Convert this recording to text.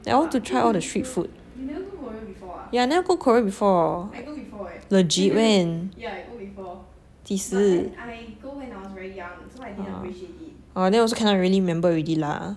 I want to try all the street food yeah I never go Korea before legit when 几时 orh then also cannot really remember already lah